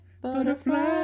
butterfly